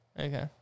Okay